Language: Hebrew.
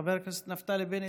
חבר הכנסת נפתלי בנט,